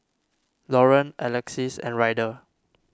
Lauren Alexis and Ryder